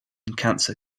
cancer